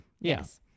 yes